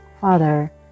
Father